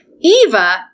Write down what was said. Eva